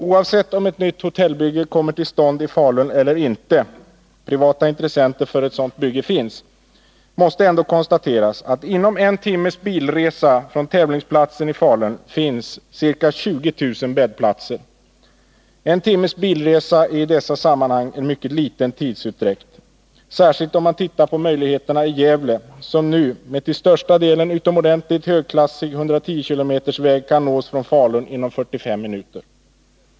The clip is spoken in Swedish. Oavsett om ett nytt hotellbygge kommer till stånd i Falun eller inte — privata intressenter för ett sådant bygge finns — måste ändå konstateras att inom en timmes bilresa från tävlingsplatsen i Falun finns ca 20 000 bäddplatser. En timmes bilresa är i dessa sammanhang en mycket liten tidsutdräkt, särskilt om man ser på möjligheterna i Gävle, som nu med till största delen utomordentligt högklassig 110-kilometersväg kan nås från Falun inom ca 45 minuter.